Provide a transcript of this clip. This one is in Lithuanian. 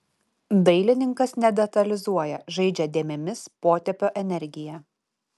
dailininkas nedetalizuoja žaidžia dėmėmis potėpio energija